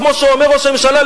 כמו שאומר ראש הממשלה,